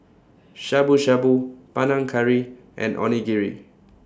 Shabu Shabu Panang Curry and Onigiri